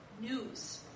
News